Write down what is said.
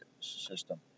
system